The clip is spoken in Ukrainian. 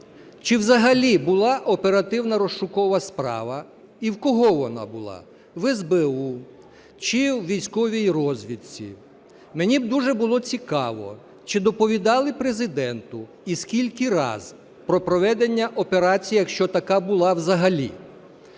Чи взагалі була оперативно-розшукова справа і в кого вона була – в СБУ чи у військовій розвідці? Мені б дуже було цікаво, чи доповідали Президенту і скільки раз про проведення операції, якщо така була взагалі.